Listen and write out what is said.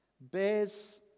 bears